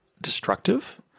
destructive